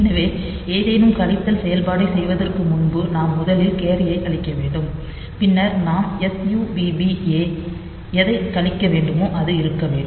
எனவே ஏதேனும் கழித்தல் செயல்பாட்டைச் செய்வதற்கு முன்பு நாம் முதலில் கேரியை அழிக்க வேண்டும் பின்னர் நாம் SUBB A எதை கழிக்க வேண்டுமோ அது இருக்க வேண்டும்